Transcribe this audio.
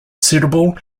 suitable